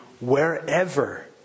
wherever